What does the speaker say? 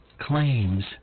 claims